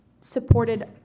supported